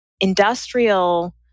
industrial